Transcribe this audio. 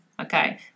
okay